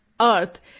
earth